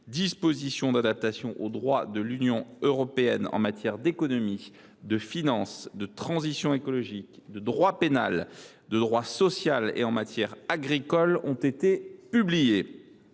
dispositions d’adaptation au droit de l’Union européenne en matière d’économie, de finances, de transition écologique, de droit pénal, de droit social et en matière agricole ont été publiées.